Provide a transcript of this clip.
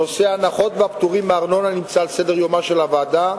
נושא ההנחות והפטורים מארנונה נמצא על סדר-יומה של הוועדה,